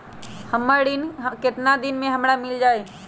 ऋण हमर केतना दिन मे हमरा मील जाई?